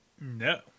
No